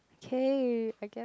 k I guess